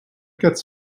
gets